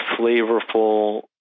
flavorful